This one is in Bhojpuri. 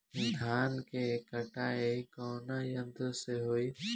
धान क कटाई कउना यंत्र से हो?